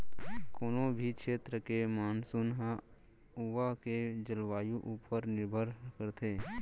कोनों भी छेत्र के मानसून ह उहॉं के जलवायु ऊपर निरभर करथे